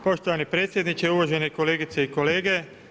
Poštovani predsjedniče, uvažene kolegice i kolege.